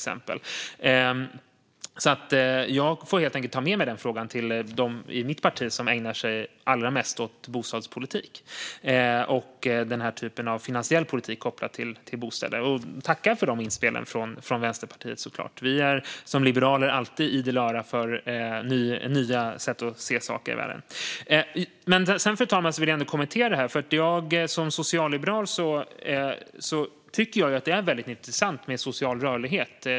Jag får helt enkelt ta med mig frågan till dem i mitt parti som ägnar sig mest åt bostadspolitik och den typen av finansiell politik kopplad till bostäder. Jag tackar för inspelen från Vänsterpartiet. Vi liberaler är alltid idel öra för nya sätt att se på saker i världen. Fru talman! Jag vill ändå kommentera detta. Jag är socialliberal, och jag tycker att det är intressant med social rörlighet.